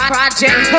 Project